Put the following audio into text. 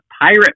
pirate